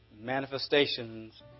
manifestations